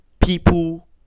people